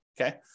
Okay